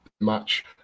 match